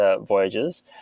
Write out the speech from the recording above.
voyages